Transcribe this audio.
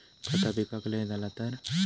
खता पिकाक लय झाला तर?